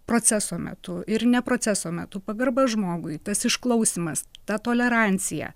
proceso metu ir ne proceso metu pagarba žmogui tas išklausymas ta tolerancija